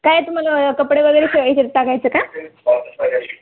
काय तुमहाला कपडे वगैरे शिवायचेत का